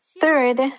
Third